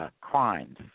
crimes